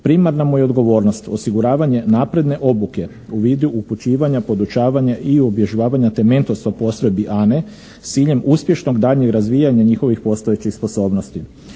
primarna mu je odgovornost osiguravanje napredne obuke u vidu upućivanja, podučavanja i uvježbavanja te mentorstva postrojbi ANE s ciljem uspješnog daljnjeg razvijanja njihovih postojećih sposobnosti.